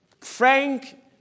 Frank